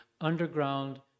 underground